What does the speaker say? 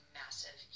massive